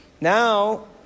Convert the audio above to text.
Now